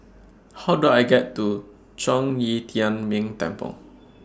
How Do I get to Zhong Yi Tian Ming Temple